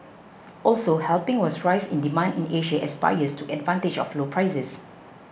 also helping was a rise in demand in Asia as buyers took advantage of low prices